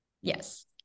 Yes